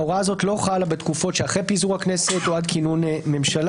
ההוראה הזאת לא חלה בתקופות שאחרי פיזור הכנסת או עד כינון ממשלה